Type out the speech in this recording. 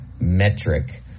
metric